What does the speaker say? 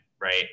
right